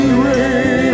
rain